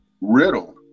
riddle